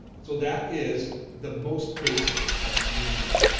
so that is the most basic of screen sharing.